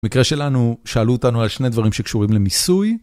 מקרה שלנו שאלו אותנו על שני דברים שקשורים למיסוי.